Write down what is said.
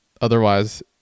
otherwise